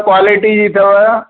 quality जी अथव